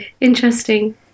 interesting